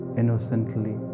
innocently